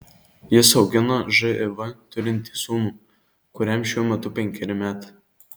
jis augina živ turintį sūnų kuriam šiuo metu penkeri metai